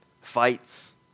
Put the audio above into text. fights